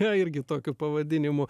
jie irgi tokiu pavadinimu